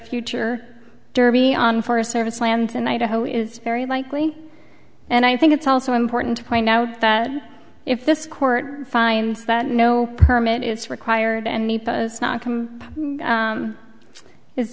future derby on forest service land in idaho is very likely and i think it's also important to point out that if this court finds that no permit is required and